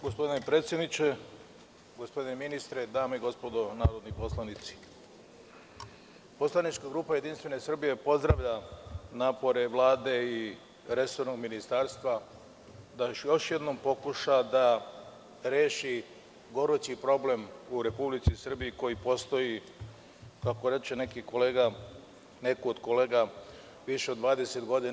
Gospodine predsedniče, gospodine ministre, dame i gospodo narodni poslanici, poslanička grupa JS pozdravlja napore Vlade i resornog ministarstva da još jednom pokuša da reši gorući problem u Republici Srbiji koji postoji, kako reče neki kolega, više od 20 godina.